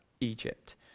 Egypt